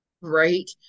right